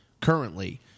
currently